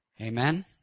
Amen